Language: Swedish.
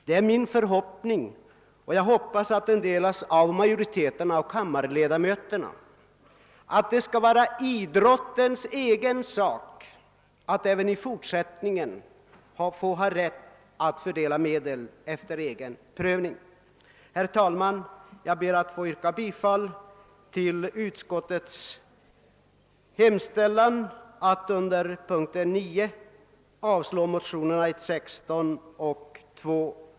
Det är min uppfattning — och jag hoppas att den delas av majoriteten av kammarens ledamöter — att det är idrottens egen sak att även i fortsättningen fördela medlen efter egen prövning. Herr talman! Jag ber att få yrka bifall till utskottets hemställan i moment 9 att motionerna I: 16 och II: 18 måtte avslås.